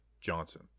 johnson